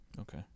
Okay